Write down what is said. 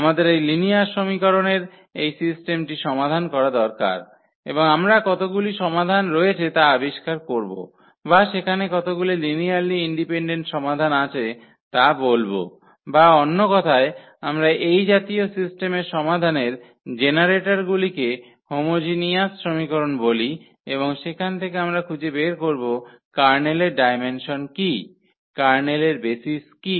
আমাদের এই লিনিয়ার সমীকরণের এই সিস্টেমটি সমাধান করা দরকার এবং আমরা কতগুলি সমাধান রয়েছে তা আবিষ্কার করব বা সেখানে কতগুলি লিনিয়ারলি ইন্ডিপেন্ডেন্ট সমাধান আছে তা বলব বা অন্য কথায় আমরা এই জাতীয় সিস্টেমের সমাধানের জেনারেটরগুলিকে হোমোজিনিয়াস সমীকরণ বলি এবং সেখান থেকে আমরা খুঁজে বের করব কার্নেলের ডায়মেনসন কী কার্নেলের বেসিস কী